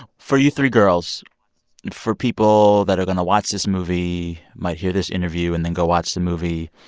for you three girls for people that are going to watch this movie, might hear this interview and then go watch the movie,